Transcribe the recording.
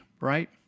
right